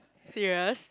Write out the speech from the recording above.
serious